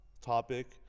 topic